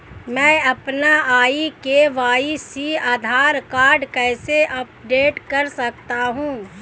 मैं अपना e KYC Aadhaar card कैसे अपडेट कर सकता हूँ?